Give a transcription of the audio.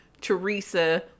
Teresa